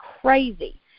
crazy